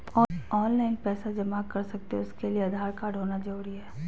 Online पैसा जमा कर सकते हैं उसके लिए आधार कार्ड होना जरूरी है?